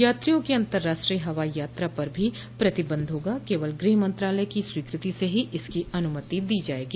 यात्रियों की अंतर्राष्ट्रीय हवाई यात्रा पर भी प्रतिबंध होगा केवल गृह मंत्रालय की स्वीकृति से ही इसकी अनुमति दी जाएगी